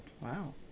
wow